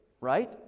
right